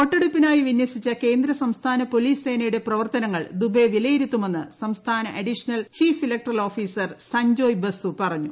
വോട്ടെടു പ്പിനായി വിന്യസിച്ച കേന്ദ്ര സംസ്ഥാന പോലീസ് സേനയുടെ പ്രവർത്തനങ്ങൽ ദുബെ വിലയിരുത്തുമെന്ന് സംസ്ഥാന additional chief electoral officer Sanjoy Basu പറഞ്ഞു